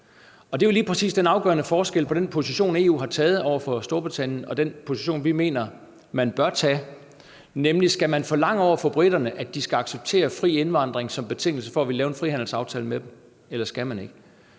Det er jo lige præcis den afgørende forskel på den position, EU har taget over for Storbritannien, og den position, vi mener man bør tage, nemlig om man skal forlange over for briterne, at de skal acceptere fri indvandring som betingelse for at ville lave en frihandelsaftale med dem, eller man ikke